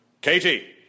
Katie